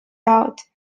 out